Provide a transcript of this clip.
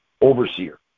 overseer